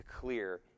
clear